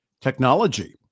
technology